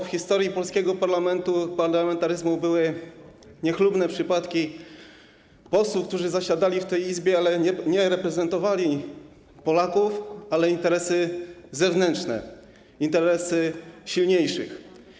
W historii polskiego parlamentu, parlamentaryzmu były niechlubne przypadki posłów, którzy zasiadali w tej Izbie, ale nie reprezentowali Polaków, ale interesy zewnętrzne, interesy silniejszych.